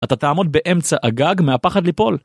אתה תעמוד באמצע הגג מהפחד ליפול?